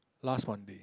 last Monday